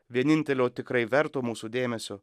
vienintelio tikrai verto mūsų dėmesio